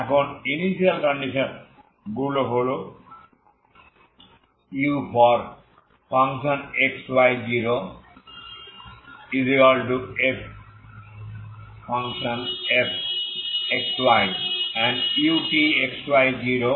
এখন initial conditions গুলো হল uxy0fxy এবং utxy0gxyxy∈DR